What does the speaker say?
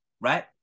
right